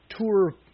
tour